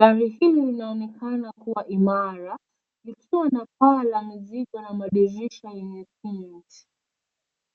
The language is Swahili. gari hili linaonekana kuwa imara likiwa na paa ya mizigo na madirisha eneye tint .